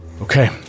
Okay